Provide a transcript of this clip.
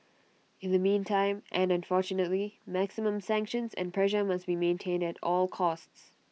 in the meantime and unfortunately maximum sanctions and pressure must be maintained at all costs